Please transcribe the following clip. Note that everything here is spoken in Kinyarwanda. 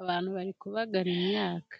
Abantu bari kubagarira imyaka.